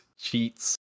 cheats